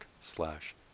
slash